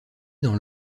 dans